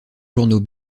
journaux